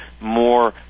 more